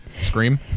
scream